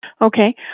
Okay